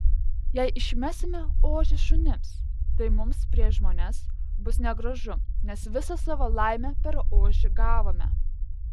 jei išmesime ožį šunims tai mums prieš žmones bus negražu nes visą savo laimę per ožį gavome